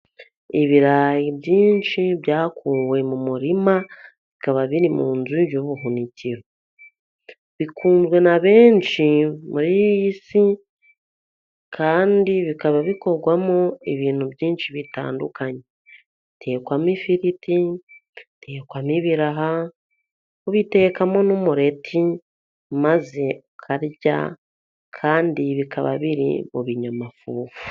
Ibirayi byinshi byakuwe mu murima bikaba biri mu nzu y'ubuhunikero, bikunzwe na benshi muri iyi si kandi bikaba bikorwamo ibintu byinshi bitandukanye, bitekwamo ifiriti, bitekwamo ibiraha, ubitekamo n'umureti maze ukarya, kandi bikaba biri mu binyamafufu.